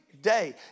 day